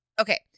Okay